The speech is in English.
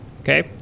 okay